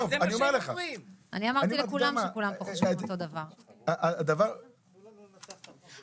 אני מדבר אחרי זה, כשהוא הוריד.